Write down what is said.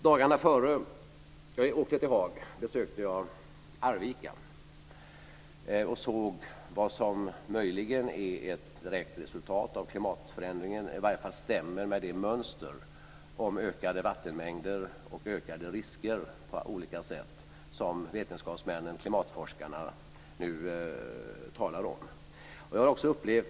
Dagarna före jag åkte till Haag besökte jag Arvika och såg vad som möjligen är ett direktresultat av klimatförändringen, i varje fall stämmer med det mönster om ökade vattenmängder och ökade risker som vetenskapsmännen och klimatforskarna nu talar om.